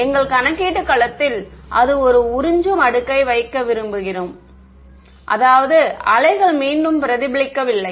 எங்கள் கணக்கீட்டு களத்தில் ஒரு உறிஞ்சும் அடுக்கை வைக்க விரும்பினோம் அதாவது வேவ்கள் வேவ்கள் மீண்டும் பிரதிபலிக்கவில்லை